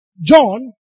John